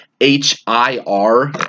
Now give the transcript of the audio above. H-I-R